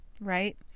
Right